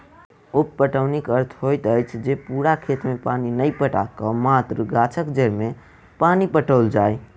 उप पटौनीक अर्थ होइत अछि जे पूरा खेत मे पानि नहि पटा क मात्र गाछक जड़ि मे पानि पटाओल जाय